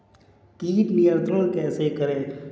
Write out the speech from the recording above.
कीट नियंत्रण कैसे करें?